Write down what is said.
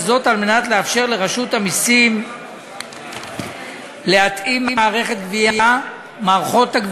וזאת על מנת לאפשר לרשות המסים להתאים מערכות גבייה וכדי